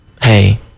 Hey